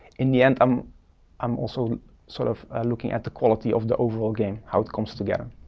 in the end, um i'm also sort of looking at the quality of the overall game, how it comes together.